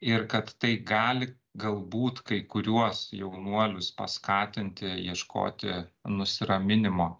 ir kad tai gali galbūt kai kuriuos jaunuolius paskatinti ieškoti nusiraminimo